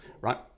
right